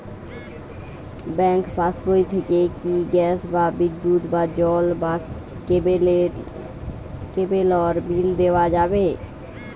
Bank পাশবই থেকে কি গ্যাস বা বিদ্যুৎ বা জল বা কেবেলর বিল দেওয়া যাবে?